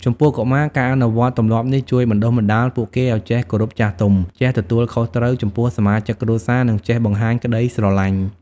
ចំពោះកុមារ ការអនុវត្តទម្លាប់នេះជួយបណ្ដុះបណ្ដាលពួកគេឲ្យចេះគោរពចាស់ទុំ ចេះទទួលខុសត្រូវចំពោះសមាជិកគ្រួសារ និងចេះបង្ហាញក្ដីស្រឡាញ់។